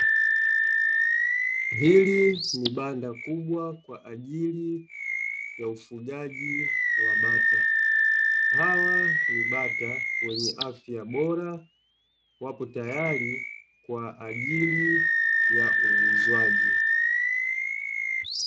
Hili ni banda kubwa kwa ajili ya ufungaji wa bata, hawa ni bata wenye afya bora wako tayari kwa ajili ya uuzwaji.